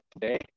today